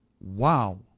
Wow